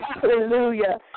hallelujah